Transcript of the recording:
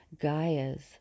Gaia's